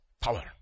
power